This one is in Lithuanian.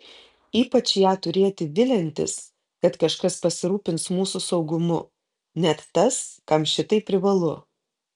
ypač ją turėti viliantis kad kažkas pasirūpins mūsų saugumu net tas kam šitai privalu